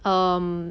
um